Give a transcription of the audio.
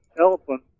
elephant